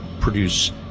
produce